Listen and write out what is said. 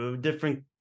different